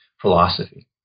philosophy